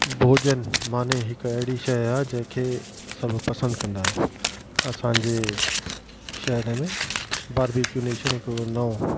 भोजन माने हिकु अहिड़ी शइ आहे जंहिंखे सभु पसंदि कंदा आहिनि असांजे शहर में बार्बीक्यू नेशन हिकिड़ो नओ